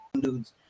dudes